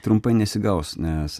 trumpai nesigaus nes